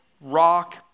rock